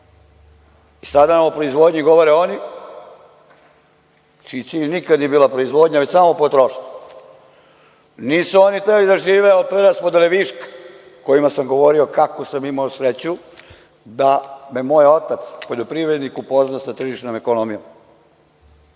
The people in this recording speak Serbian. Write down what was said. Sada nam o proizvodnji govore oni čija nikad nije bila proizvodnja, već samo potrošnja. Nisu oni hteli da žive od preraspodele viška, o kojoj sam govorio kako sam imao sreću da me moj otac poljoprivrednik upozna sa tržišnom ekonomijom.